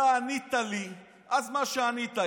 אתה ענית לי אז מה שענית.